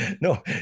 No